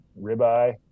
ribeye